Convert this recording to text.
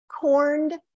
corned